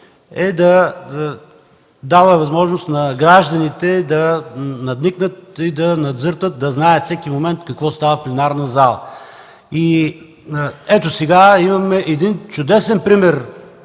е да дава възможност на гражданите да надникнат и да надзъртат, да знаят във всеки момент какво става в пленарната зала. Ето сега имаме един чудесен пример